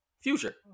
Future